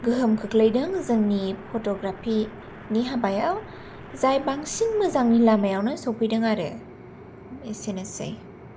गोहोम खोख्लैदों जोंनि फट'ग्राफिनि हाबायाव जाय बांसिन मोजांनि लामायावनो सफैदों आरो एसेनोसै